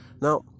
Now